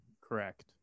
Correct